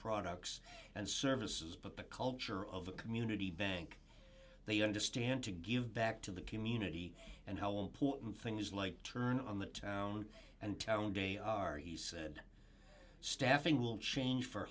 products and services but the culture of a community bank they understand to give back to the community and how important things like turn on the town and town day are east said staffing will change for